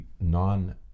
non